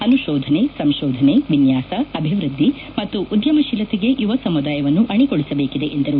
ಅನುಶೋಧನೆ ಸಂಶೋಧನೆ ವಿನ್ಯಾಸ ಅಭಿವೃದ್ದಿ ಮತ್ತು ಉದ್ಯಮಶೀಲತೆಗೆ ಯುವ ಸಮುದಾಯವನ್ನು ಅಣಿಗೊಳಿಸಬೇಕಿದೆ ಎಂದರು